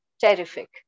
terrific